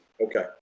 okay